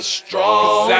strong